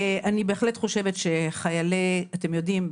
לשיקולכם.